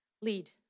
lead